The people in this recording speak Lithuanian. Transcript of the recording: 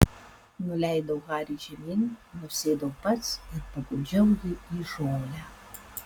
nuleidau harį žemyn nusėdau pats ir paguldžiau jį į žolę